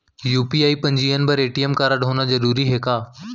UPI पंजीयन बर ATM कारडहोना जरूरी हे का?